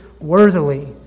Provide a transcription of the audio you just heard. worthily